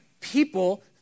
people